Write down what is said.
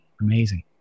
amazing